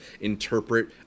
interpret